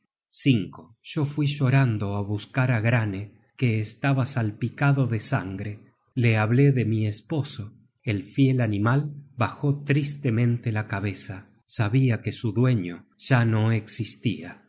combatientes yo fui llorando á buscar á granne que estaba salpicado de sangre le hablé de mi esposo el fiel animal bajó tristemente la cabeza sabia que su dueño ya no existia